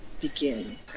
begin